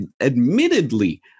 admittedly